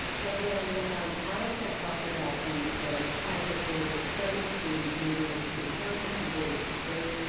and then alex had talked about the ah academy of global studies students meeting with the city council people, which was great.